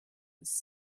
was